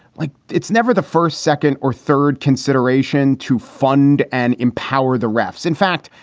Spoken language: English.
like it's never the first, second or third consideration to fund and empower the refs. in fact,